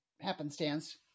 happenstance